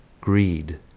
greed